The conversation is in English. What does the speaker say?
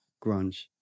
grunge